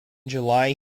july